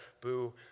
boo